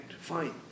fine